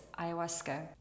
ayahuasca